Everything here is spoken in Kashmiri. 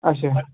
اَچھا